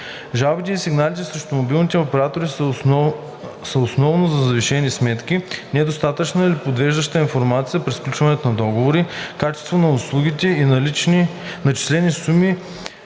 Жалбите и сигналите срещу мобилните оператори са основно за завишени сметки, недостатъчна или подвеждаща информация при сключване на договорите, качеството на услугите и начислени суми